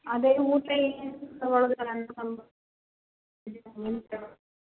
ಅದೇ ಊಟ ಏನು ತೊಗೊಳ್ಳೋದು